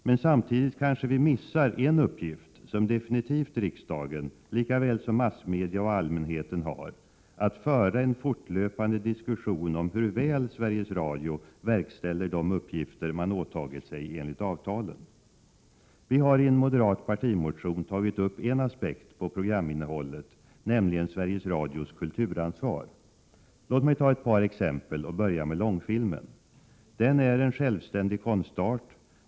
Men samtidigt kanske vi missar en uppgift som definitivt riksdagen — lika väl som massmedia och allmänheten — har, dvs. att föra en fortlöpande diskussion om hur väl Sveriges Radio verkställer de uppgifter man påtagit sig enligt avtalen. Vi har i en moderat partimotion tagit upp en aspekt på programinnehållet, nämligen Sveriges Radios kulturansvar. Låt mig ta ett par exempel och börja med långfilmen. Den är en självständig konstart.